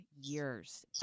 years